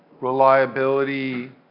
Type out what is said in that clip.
reliability